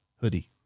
hoodie